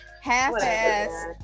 half-ass